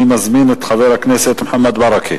אני מזמין את חבר הכנסת מוחמד ברכה,